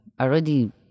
already